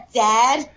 dad